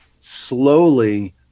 slowly